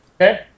Okay